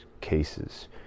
cases